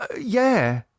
Yeah